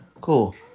Cool